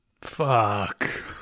Fuck